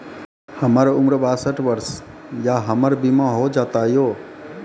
हमर उम्र बासठ वर्ष या हमर बीमा हो जाता यो?